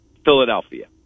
Philadelphia